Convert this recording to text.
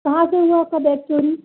कहाँ से हुआ आपका बैग चोरी